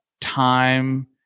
time